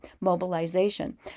mobilization